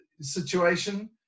situation